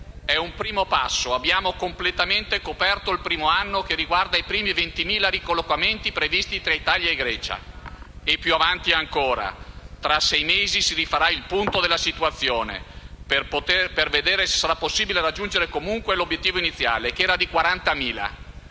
«È un primo passo. Abbiamo completamente coperto il primo anno che riguarda i primi 20.000 ricollocamenti previsti tra Italia e Grecia». E più avanti, si dice ancora. «Tra sei mesi si rifarà il punto della situazione, per vedere se sarà possibile raggiungere comunque l'obiettivo iniziale, che era di 40.000».